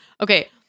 Okay